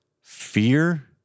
fear